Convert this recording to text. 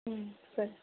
ಹ್ಞೂ ಸರಿ